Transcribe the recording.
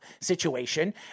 situation